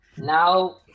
now